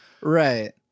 Right